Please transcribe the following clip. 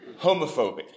homophobic